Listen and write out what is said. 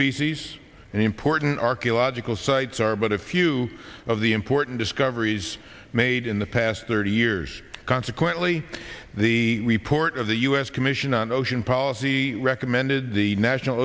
species and important archaeological sites are but a few of the important discoveries made in the past thirty years consequently the report of the u s commission on ocean policy recommended the national